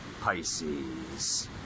Pisces